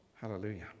Hallelujah